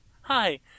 hi